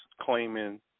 claiming